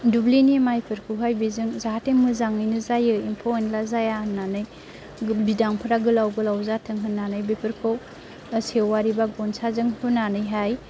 दुब्लिनि माइफोरखौहाय बेजों जाहाथे मोजाङैनो जायो एम्फौ एनला जाया होननानै बिदांफोरा गोलाव गोलाव जाथों होननानै बेफोरखौ सेवारि बा गनसाजों हुनानैहाय